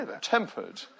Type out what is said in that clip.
tempered